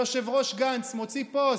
היושב-ראש גנץ מוציא פוסט: